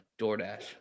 doordash